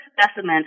specimen